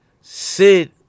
Sid